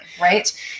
right